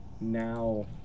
now